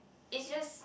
it's just